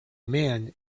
man